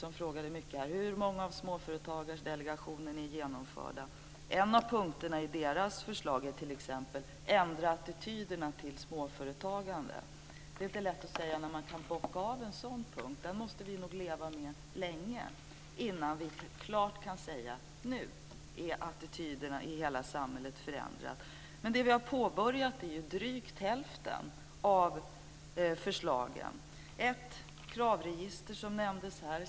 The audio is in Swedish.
Han undrade bl.a. hur många av Småföretagsdelegationens punkter som är genomförda. En av punkterna i delegationens förslag är: Ändra attityderna till småföretagande! Men det är inte lätt att säga när man kan bocka av en sådan punkt. Den måste vi nog leva med länge innan vi klart kan säga: Nu är attityderna i hela samhället förändrade. Men det som vi har påbörjat är drygt hälften av förslagen. Här nämndes ett kravregister - det är en punkt.